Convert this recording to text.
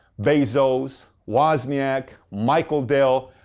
bezos, wozniak, michael dell,